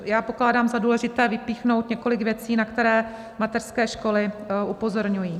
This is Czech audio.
Já pokládám za důležité vypíchnout několik věcí, na které mateřské školy upozorňují.